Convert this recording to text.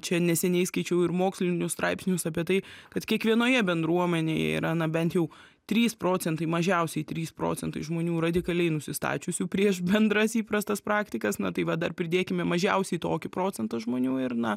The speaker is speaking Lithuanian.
čia neseniai skaičiau ir mokslinius straipsnius apie tai kad kiekvienoje bendruomenėje yra na bent jau trys procentai mažiausiai trys procentai žmonių radikaliai nusistačiusių prieš bendras įprastas praktikas na tai va dar pridėkime mažiausiai tokį procentą žmonių ir na